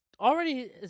already